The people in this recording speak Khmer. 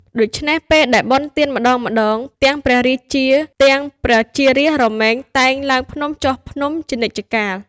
ដូច្នេះពេលដែលបុណ្យទានម្តងៗ ទាំងព្រះរាជា ទាំងប្រជារាស្ត្ររមែងតែ ឡើងភ្នំចុះភ្នំ ជានិច្ចកាល។